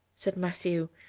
said matthew,